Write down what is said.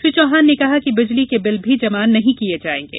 श्री चौहान ने कहा कि बिजली के बिल भी जमा नहीं किये जायेंगे